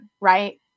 right